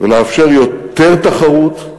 ולאפשר יותר תחרות,